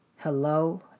Hello